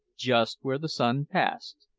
just where the sun passed.